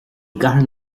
gcathair